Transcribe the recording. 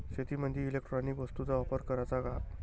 शेतीमंदी इलेक्ट्रॉनिक वस्तूचा वापर कराचा का?